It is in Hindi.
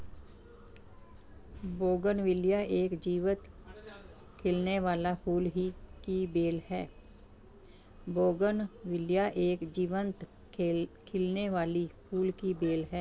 बोगनविलिया एक जीवंत खिलने वाली फूल की बेल है